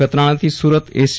નખત્રાણા થી સુરત એસી